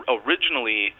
originally